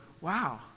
wow